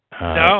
No